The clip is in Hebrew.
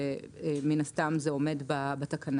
מן הסתם זה עומד בתקנה.